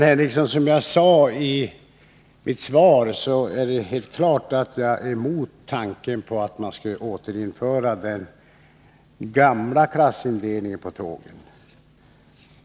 Herr talman! Som jag sade i mitt svar till Sven Henricsson, är det helt klart att jag är emot tanken på att återinföra den gamla klassindelningen på tågen.